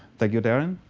thank you, darren.